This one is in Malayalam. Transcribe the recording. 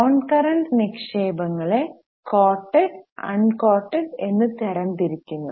നോൺകറന്റ് നിക്ഷേപങ്ങളെ കോട്ടഡ് അൺകോട്ടഡ് എന്ന് തരംതിരിക്കുന്നു